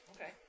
Okay